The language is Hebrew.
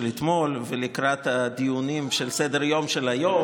אתמול ולקראת הדיונים של סדר-היום של היום,